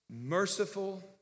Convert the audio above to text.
Merciful